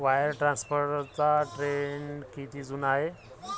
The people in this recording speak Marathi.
वायर ट्रान्सफरचा ट्रेंड किती जुना आहे?